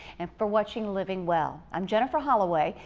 and for watching living well. i'm jennifer holloway,